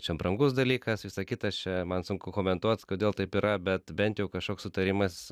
čia brangus dalykas visa kita čia man sunku komentuot kodėl taip yra bet bent jau kažkoks sutarimas